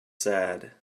sad